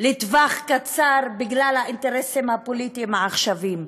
לטווח קצר בגלל האינטרסים הפוליטיים העכשוויים,